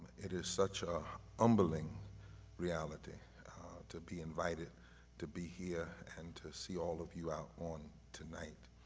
it is such a humbling reality to be invited to be here and to see all of you out on tonight.